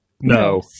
No